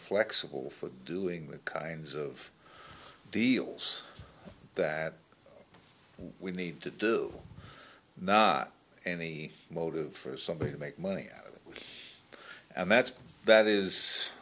flexible for doing the kinds of deals that we need to do not any motive for somebody to make money and that's that is